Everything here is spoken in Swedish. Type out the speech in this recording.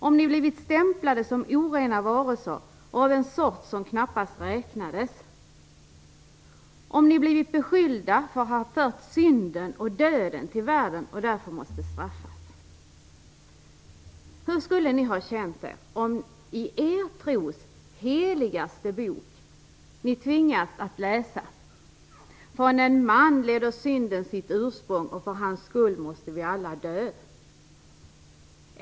Om de hade blivit stämplade som orena varelser av en sort som knappast räknades. Om de hade blivit beskyllda för att ha fört synden och döden till världen och därför måste straffas. Hur skulle de ha känt sig om det i deras tros heligaste bok hade tvingats läsa: Från en man leder synden sitt ursprung, och för hans skull måste vi alla dö?